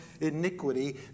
iniquity